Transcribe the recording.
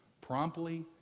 promptly